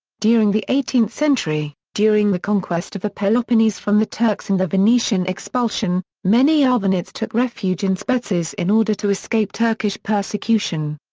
during the eighteenth century, during the conquest of the peloponnese from the turks and the venetian expulsion, many arvanites took refuge in spetses in order to escape turkish persecution.